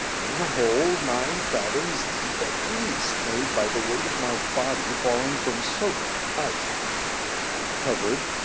and in a hole nine fathoms deep at least, made by the weight of my body falling from so great a height i recovered,